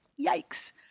Yikes